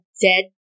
dead